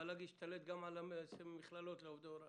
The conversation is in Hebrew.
המל"ג השתלט גם על 120 המכללות לעובדי הוראה.